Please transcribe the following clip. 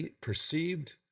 perceived